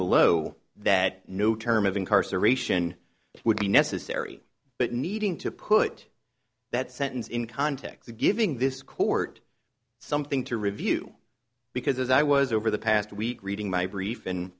below that no term of incarceration would be necessary but needing to put that sentence in context of giving this court something to review because as i was over the past week reading my brief